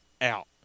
out